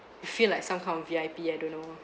you feel like some kind of V_I_P I don't know